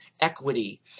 equity